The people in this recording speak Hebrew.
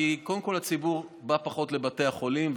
קודם כול כי הציבור בא פחות לבתי החולים,